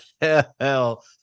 hell